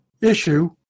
issue